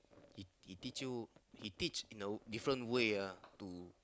he he teach you he teach in a different way ah to